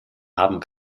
haben